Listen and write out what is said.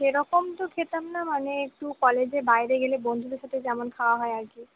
সেরকম তো খেতাম না মানে একটু কলেজে বাইরে গেলে বন্ধুদের সাথে যেমন খাওয়া হয় আর কি